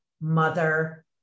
mother